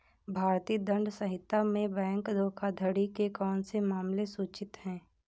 भारतीय दंड संहिता में बैंक धोखाधड़ी के कौन से मामले सूचित हैं?